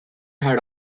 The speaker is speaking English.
had